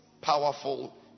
powerful